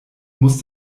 muss